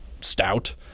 stout